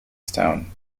stone